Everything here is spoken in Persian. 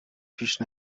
پیش